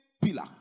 pillar